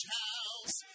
house